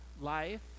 life